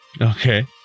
Okay